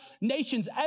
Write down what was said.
nations